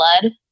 blood